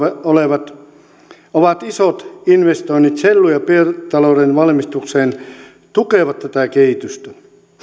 olevat isot investoinnit sellu ja biotalouden valmistukseen tukevat tätä kehitystä